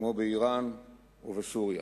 כמו באירן ובסוריה.